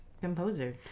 composer